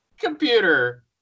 Computer